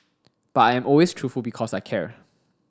but I am always truthful because I care